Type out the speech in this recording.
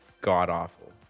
god-awful